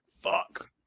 fuck